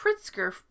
Pritzker